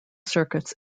circuits